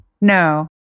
No